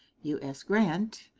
u s. grant.